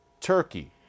Turkey